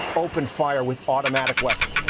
opened fire with automatic weapons.